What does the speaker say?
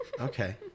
okay